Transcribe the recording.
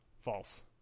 false